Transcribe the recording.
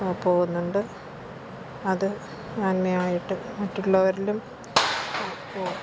പോകുന്നുണ്ട് അത് നന്മയായിട്ടും മറ്റുള്ളവരിലും